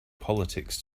politics